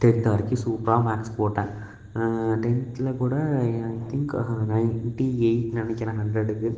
tenth வரைக்கும் சூப்பரா marks போட்டேன் டென்த்தில் கூட I I think ninety eight நினைக்கிறேன் ஹண்ட்ரேடுக்கு